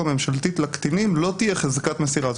הממשלתית לקטינים לא תהיה חזקת מסירה.